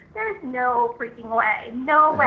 no freaking way, no way.